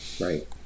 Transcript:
Right